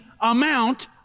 amount